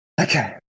Okay